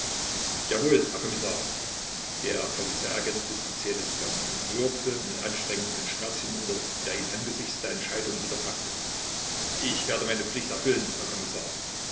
jawohl herr kommissar der polizeiagent biß die zähne zusammen und würgte mit anstrengung den schmerz hinunter der ihn angesichts der entscheidung wieder packte ich werde meine pflicht erfüllen herr kommissar